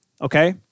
okay